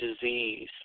disease